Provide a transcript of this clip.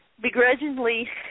begrudgingly